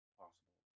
possible